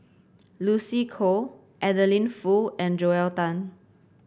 Lucy Koh Adeline Foo and Joel Tan